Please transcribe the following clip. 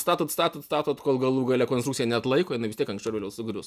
statot statot statot kol galų gale konstrukcija neatlaiko jinai vis tiek anksčiau ar vėliau sugrius